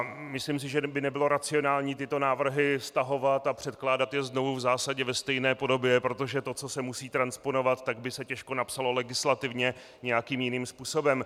Myslím si, že by nebylo racionální tyto návrhy stahovat a předkládat je znovu v zásadě ve stejné podobě, protože to, co se musí transponovat, by se těžko napsalo legislativně nějakým jiným způsobem.